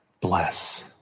bless